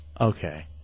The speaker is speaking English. Okay